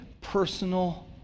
personal